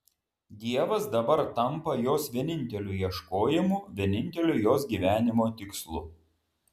dievas dabar tampa jos vieninteliu ieškojimu vieninteliu jos gyvenimo tikslu